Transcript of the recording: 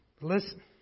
Listen